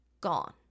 gone